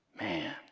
Man